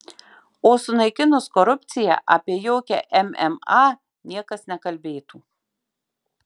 o sunaikinus korupciją apie jokią mma niekas nekalbėtų